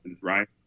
Right